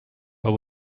but